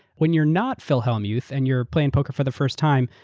when you're not phil hellmuth and you're playing poker for the first time,